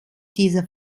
diese